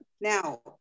now